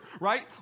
right